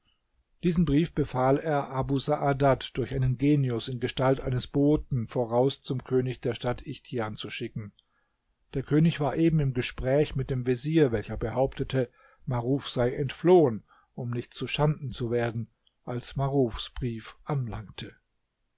diesen brief befahl er abu saadat durch einen genius in gestalt eines boten voraus zum könig der stadt ichtian zu schicken der könig war eben im gespräch mit dem vezier welcher behauptete maruf sei entflohen um nicht zuschanden zu werden als marufs brief anlangte